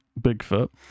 Bigfoot